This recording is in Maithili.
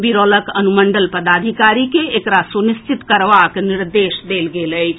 बिरौलक अनुमण्डल पदाधिकारी के एकरा सुनिश्चित करबाक निर्देश देल गेल अछि